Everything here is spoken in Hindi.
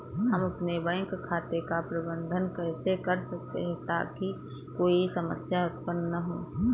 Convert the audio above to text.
हम अपने बैंक खाते का प्रबंधन कैसे कर सकते हैं ताकि कोई समस्या उत्पन्न न हो?